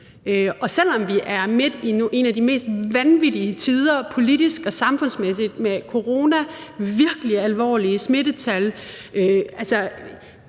og selv om vi er midt i en af de mest vanvittige tider politisk og samfundsmæssigt med corona, virkelig alvorlige smittetal,